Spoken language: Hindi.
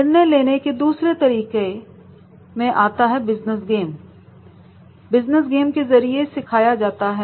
निर्णय लेने के दूसरे तरीका हम बिजनेस गेम के जरिए सिखाते हैं